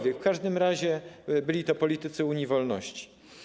W każdym razie byli to politycy Unii Wolności.